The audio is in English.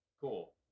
cool